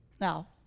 Now